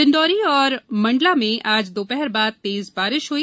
डिंडोरी और मंडला में आज दोपहर बाद तेज बारिश हई